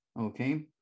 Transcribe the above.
Okay